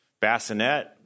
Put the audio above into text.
bassinet